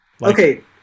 Okay